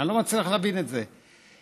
אני לא מצליח להבין את זה.